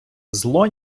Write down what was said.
зло